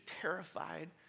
terrified